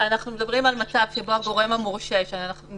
מדברים על מצב שבו הגורם המורשה אני